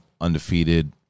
undefeated